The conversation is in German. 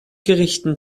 gerichten